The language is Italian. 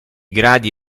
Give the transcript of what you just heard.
gradi